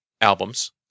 albums